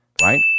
right